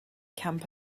camp